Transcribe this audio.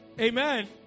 Amen